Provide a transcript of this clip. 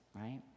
right